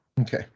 okay